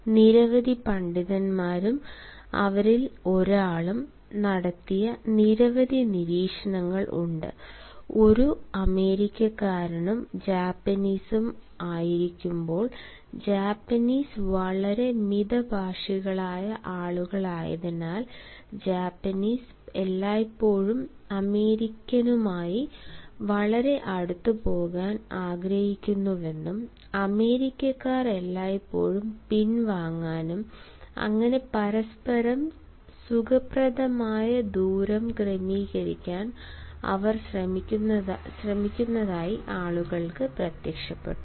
നിരവധി പണ്ഡിതന്മാരും അവരിൽ ഒരാളും നടത്തിയ നിരവധി നിരീക്ഷണങ്ങൾ ഉണ്ട് ഒരു അമേരിക്കക്കാരനും ജാപ്പനീസും ആയിരിക്കുമ്പോൾ ജാപ്പനീസ് വളരെ ആളുകളായതിനാൽ ജപ്പാനീസ് എല്ലായ്പ്പോഴും അമേരിക്കനുമായി വളരെ അടുത്ത് പോകാൻ ആഗ്രഹിക്കുന്നുവെന്നും അമേരിക്കക്കാർ എല്ലായ്പ്പോഴും പിൻവാങ്ങാനും പരസ്പരം സുഖപ്രദമായ ദൂരം ക്രമീകരിക്കാൻ അവർ ശ്രമിക്കുന്നതായി ആളുകൾക്ക് പ്രത്യക്ഷപ്പെട്ടു